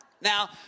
Now